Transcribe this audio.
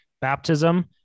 Baptism